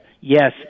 Yes